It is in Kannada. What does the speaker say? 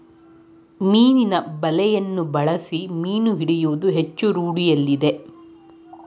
ಮೀನಿನ ಬಲೆಯನ್ನು ಬಳಸಿ ಮೀನು ಹಿಡಿಯುವುದು ಹೆಚ್ಚು ರೂಢಿಯಲ್ಲಿದೆ